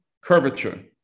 curvature